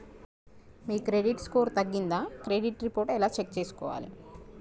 మీ credit score తగ్గిందా credit report ఎలా check చేసుకోవాలి?